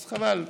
אז חבל.